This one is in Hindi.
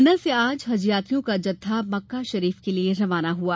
पन्ना से आज हजयात्रियों का जत्था मक्का शरीफ के लिए रवाना हुआ